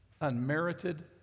unmerited